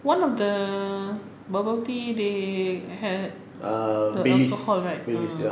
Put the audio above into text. one of the bubble tea they had alcohol right uh